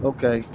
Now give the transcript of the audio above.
Okay